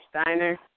Steiner